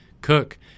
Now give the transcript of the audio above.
cook